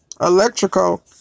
electrical